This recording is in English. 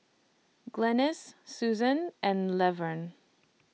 Glynis Suzann and Levern